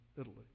Italy